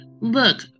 Look